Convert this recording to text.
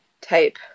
type